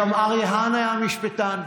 איל ינון,